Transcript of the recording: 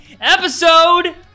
episode